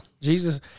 jesus